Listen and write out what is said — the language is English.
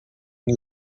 and